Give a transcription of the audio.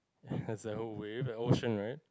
has a whole wave ocean right